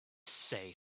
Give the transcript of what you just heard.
say